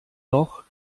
noch